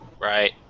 Right